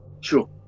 Sure